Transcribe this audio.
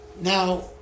Now